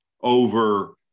over